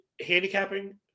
handicapping